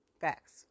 Facts